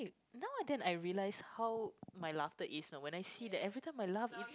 now then I realise how my laughter is know when I see that every time I laugh